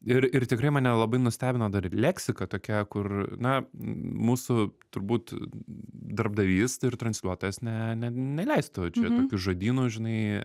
ir ir tikrai mane labai nustebino dar ir leksika tokia kur na mūsų turbūt darbdavys ir transliuotojas ne ne neleistų čia tokių žodynų žinai